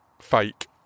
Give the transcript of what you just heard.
fake